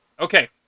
Okay